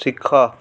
ଶିଖ